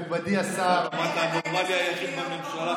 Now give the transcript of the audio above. הנורמלי היחיד בממשלה,